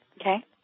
Okay